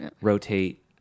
rotate